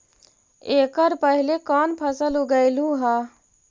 एकड़ पहले कौन फसल उगएलू हा?